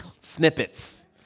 snippets